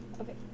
Okay